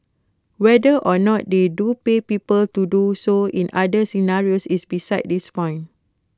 whether or not they do pay people to do so in other scenarios is besides this point